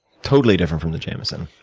totally different from the jamison.